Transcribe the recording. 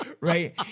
right